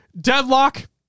Deadlock